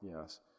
yes